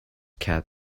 cat